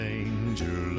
Danger